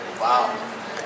Wow